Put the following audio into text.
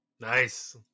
Nice